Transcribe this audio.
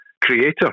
creator